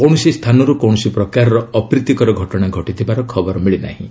କୌଣସି ସ୍ଥାନରୁ କୌଣସି ପ୍ରକାରର ଅପ୍ରୀତିକର ଘଟଣା ଘଟିଥିବାର ଖବର ମିଳି ନାହିଁ